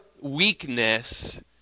weakness